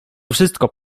wszystko